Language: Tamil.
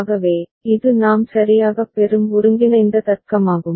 ஆகவே இது நாம் சரியாகப் பெறும் ஒருங்கிணைந்த தர்க்கமாகும்